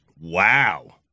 wow